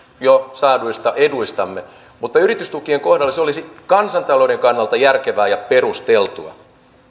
jo saaduista eduistamme mutta yritystukien kohdalla se olisi kansantalouden kannalta järkevää ja perusteltua